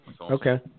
Okay